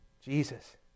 Jesus